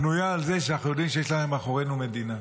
בנויות על זה שאנחנו יודעים שיש מאחורינו מדינה,